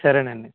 సరేనండి